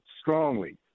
strongly